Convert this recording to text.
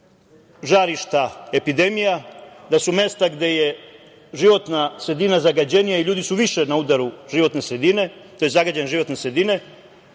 žarišta epidemija, da su mesta gde je životna sredina zagađenija i ljudi su više na udaru zagađene životne sredine,